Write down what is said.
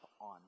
on